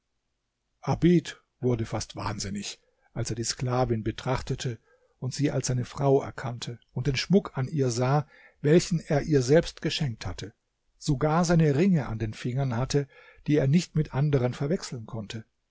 abid wurde fast wahnsinnig als er die sklavin betrachtete und sie als seine frau erkannte und den schmuck an ihr sah welchen er ihr selbst geschenkt hatte sogar seine ringe an den fingern hatte die er nicht mit anderen verwechseln konnte